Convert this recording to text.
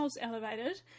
elevated